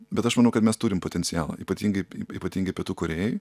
bet aš manau kad mes turim potencialo ypatingai ypatingai pietų korėjoj